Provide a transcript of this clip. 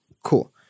Cool